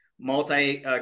multi